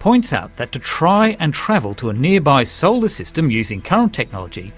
points out that to try and travel to a nearby solar system using current technology